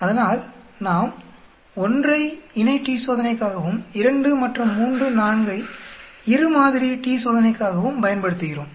அதனால் நாம் 1 ஐ இணை t சோதனைக்காகவும் 2 மற்றும் 3 4 ஐ இரு மாதிரி t சோதனைக்காகவும் பயன்படுத்துகிறோம்